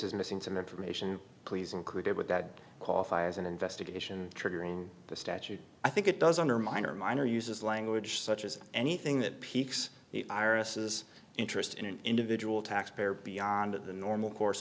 is missing some information please include it with that qualify as an investigation triggering the statute i think it does undermine or minor uses language such as anything that piques irises interest in an individual taxpayer beyond the normal course